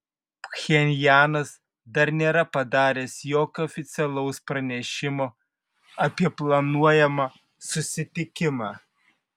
pchenjanas dar nėra padaręs jokio oficialaus pranešimo apie planuojamą susitikimą